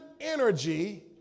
energy